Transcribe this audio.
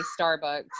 Starbucks